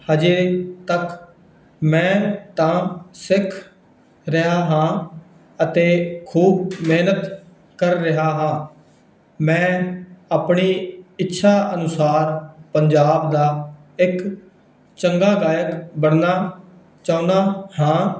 ਹਜੇ ਤੱਕ ਮੈਂ ਤਾਂ ਸਿੱਖ ਰਿਹਾ ਹਾਂ ਅਤੇ ਖੂਬ ਮਿਹਨਤ ਕਰ ਰਿਹਾ ਹਾਂ ਮੈਂ ਆਪਣੀ ਇੱਛਾ ਅਨੁਸਾਰ ਪੰਜਾਬ ਦਾ ਇੱਕ ਚੰਗਾ ਗਾਇਕ ਬਣਨਾ ਚਾਹੁੰਦਾ ਹਾਂ